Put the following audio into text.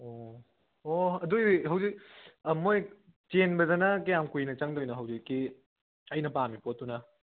ꯑꯣ ꯑꯣ ꯑꯗꯨꯗꯤ ꯍꯧꯖꯤꯛ ꯃꯣꯏ ꯆꯦꯟꯕꯗꯅ ꯀꯌꯥꯝ ꯀꯨꯏꯅ ꯆꯪꯗꯣꯏꯅꯣ ꯍꯧꯖꯤꯛꯀꯤ ꯑꯩꯅ ꯄꯥꯝꯃꯤ ꯄꯣꯠꯇꯨꯅ